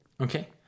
okay